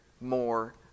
more